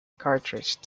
cartridge